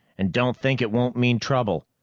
and don't think it won't mean trouble.